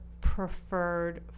preferred